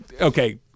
Okay